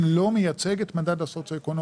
לא מייצג את מדד הסוציואקונומי,